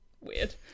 Weird